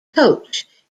coach